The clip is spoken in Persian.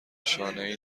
شانهای